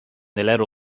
neler